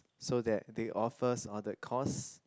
so that they offers all the course